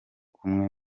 kumwe